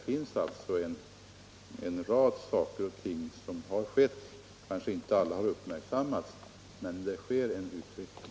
Det är alltså en rad saker och ting som har skett — kanske inte alla har uppmärksammats men det sker en utveckling.